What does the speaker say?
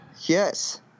yes